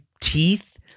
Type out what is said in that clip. teeth